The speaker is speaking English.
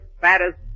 fattest